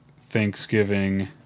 Thanksgiving